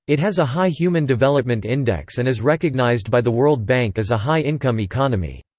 it has a high human development index and is recognised by the world bank as a high-income economy.